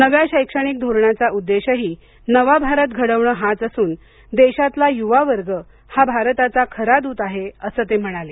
नव्या शैक्षणिक धोरणाचा उद्देशही नवा भारत घडवणं हाच असून देशातला युवा वर्ग हा भारताचा खरा दूत आहे असं ते म्हणाले